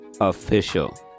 official